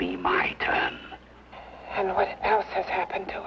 b might have happened to